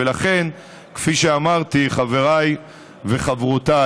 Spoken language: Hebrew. ולכן, כפי שאמרתי, חבריי וחברותיי,